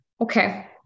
Okay